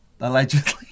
allegedly